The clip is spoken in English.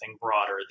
broader